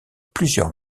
plusieurs